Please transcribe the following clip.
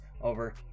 over